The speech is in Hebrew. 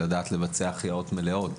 ולדעת לבצע החייאות מלאות.